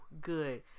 good